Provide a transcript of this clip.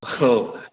औ